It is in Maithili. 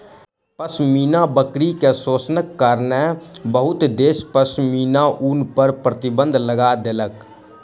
पश्मीना बकरी के शोषणक कारणेँ बहुत देश पश्मीना ऊन पर प्रतिबन्ध लगा देलक